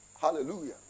Hallelujah